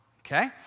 okay